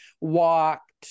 walked